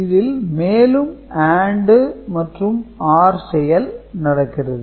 இதில் மேலும் AND மற்றும் OR செயல் நடக்கிறது